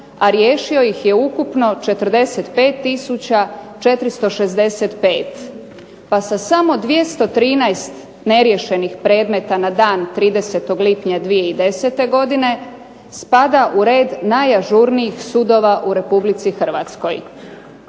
a riješio ih je ukupno 45465, pa sa samo 213 neriješenih predmeta na dan 30. lipnja 2010. godine spada u red najažurnijih sudova u Republici Hrvatskoj.